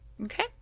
Okay